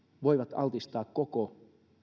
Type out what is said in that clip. voivat altistaa koko